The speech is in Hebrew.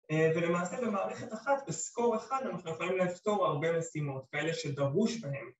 ‫ולמעשה במערכת אחת, ב-score אחד, ‫אנחנו יכולים לעשות הרבה משימות, ‫כאלה שדרוש בהן.